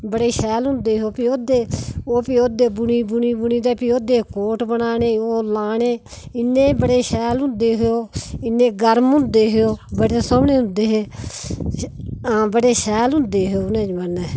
बडे शैल होंदे है फिह उसदे बुनी बुनी ते फिह् ओहदे कोट बनाने ते ओह् लाने इने बडे़ शैल होंदे हे ओह् इन्ने गर्म होंदे ओह् बडे़ सोहने होंदे हे बडे़ शैल होंदे हे उनें जमाने च